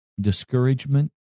discouragement